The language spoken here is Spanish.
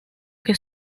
que